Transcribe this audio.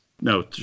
No